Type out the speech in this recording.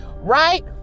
right